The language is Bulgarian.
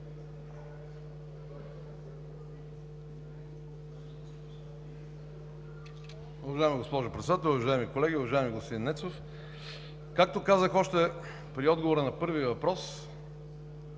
Уважаема госпожо Председател, уважаеми колеги, уважаеми господин Нецов! Както казах, още при отговора на първия въпрос,